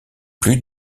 plus